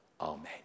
Amen